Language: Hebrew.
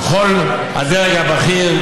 וכל הדרג הבכיר,